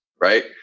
right